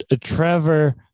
Trevor